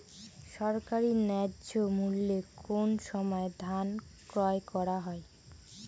সরকারি ন্যায্য মূল্যে কোন সময় ধান ক্রয় করা হয়?